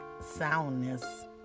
soundness